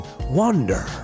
Wonder